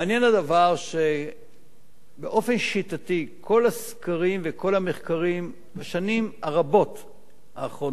מעניין הדבר שבאופן שיטתי כל הסקרים וכל המחקרים בשנים האחרונות,